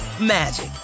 magic